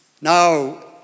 Now